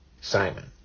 Simon